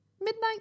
midnight